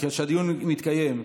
כשהדיון מתקיים,